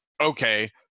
okay